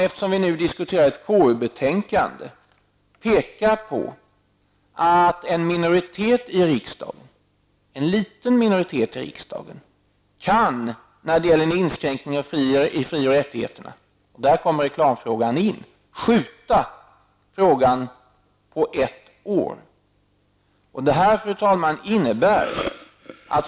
Eftersom vi nu diskuterar ett KU-betänkande vill jag peka på att en liten minoritet i riksdagen kan vad gäller en inskränkning i fri och rättigheterna -- där kommer reklamfrågan in i bilden -- skjuta fram beslutet ett år.